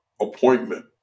appointment